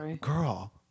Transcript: girl